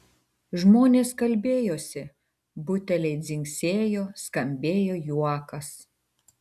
žmonės kalbėjosi buteliai dzingsėjo skambėjo juokas